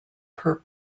per